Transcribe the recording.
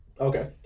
Okay